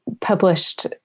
published